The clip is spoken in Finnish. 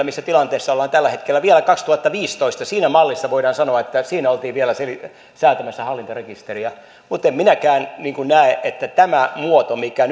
missä tilanteessa ollaan tällä hetkellä vielä kaksituhattaviisitoista mallissa voidaan sanoa että siinä oltiin vielä säätämässä hallintarekisteriä mutta en minäkään näe että tämä muoto mikä